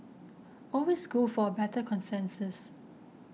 always go for a better consensus